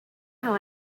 how